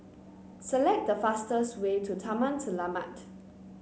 select the fastest way to Taman Selamat